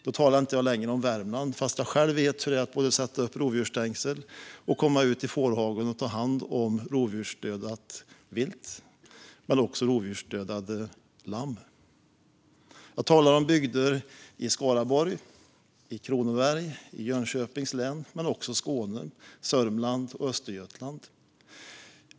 Då talar jag inte längre om Värmland, trots att jag själv vet hur det är både att sätta upp rovdjursstängsel och att komma ut i fårhagen och ta hand om rovdjursdödat vilt och rovdjursdödade lamm, utan jag talar om bygder i Skaraborg och i Kronoberg i Jönköpings län - men också om Skåne, Sörmland och Östergötland.